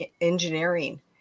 engineering